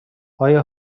آیا